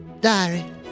diary